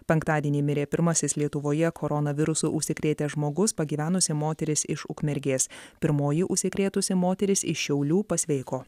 penktadienį mirė pirmasis lietuvoje koronavirusu užsikrėtęs žmogus pagyvenusi moteris iš ukmergės pirmoji užsikrėtusi moteris iš šiaulių pasveiko